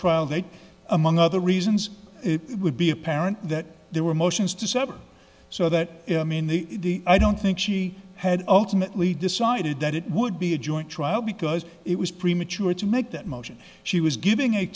trial that among other reasons it would be apparent that there were motions to sever so that i mean the i don't think she had ultimately decided that it would be a joint trial because it was premature to make that motion she was giving a